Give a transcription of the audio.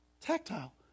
tactile